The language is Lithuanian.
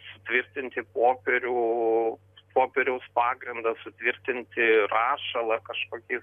sutvirtinti popierių popieriaus pagrindą sutvirtinti rašalą kažkokiais